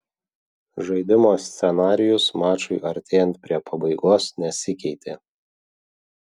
žaidimo scenarijus mačui artėjant prie pabaigos nesikeitė